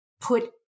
put